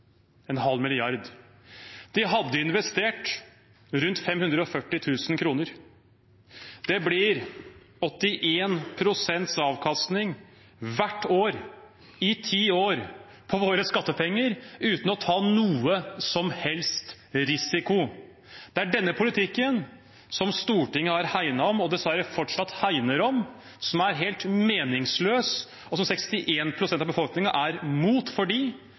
en halv milliard. De hadde investert rundt 540 000 kr. Det blir 81 pst. avkastning hvert år i ti år på våre skattepenger, uten å ta noen som helst risiko. Det er denne politikken som Stortinget har hegnet om, og dessverre fortsatt hegner om, som er helt meningsløs, og som 61 pst. av befolkningen er mot, fordi de